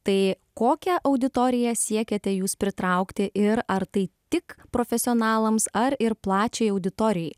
tai kokią auditoriją siekiate jūs pritraukti ir ar tai tik profesionalams ar ir plačiai auditorijai